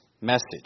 message